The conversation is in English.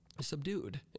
subdued